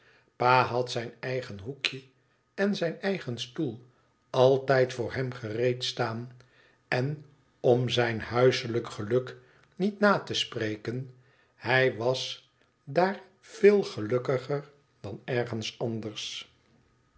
had zijn eigen hoekje en zijn eigen stoel altijd voor hem gereed staan en om zijn huiselijk geluk niet te na te spreken hij was daar veel gelukkiger dan ergens elders